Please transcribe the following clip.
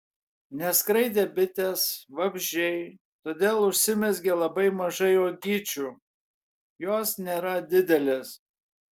neskraidė bitės vabzdžiai todėl užsimezgė labai mažai uogyčių jos nėra didelės